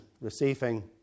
receiving